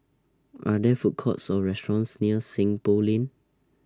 Are There Food Courts Or restaurants near Seng Poh Lane